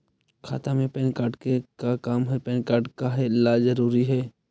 खाता में pan card के का काम है पैन कार्ड काहे ला जरूरी है?